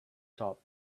top